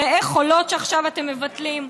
ראה חולות, שעכשיו אתם מבטלים,